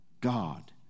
God